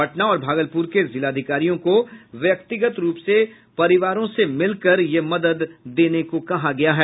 पटना और भागलपुर के जिलाधिकारियों को व्यक्तिगत रूप से परिवारों से मिलकर यह मदद देने को कहा गया है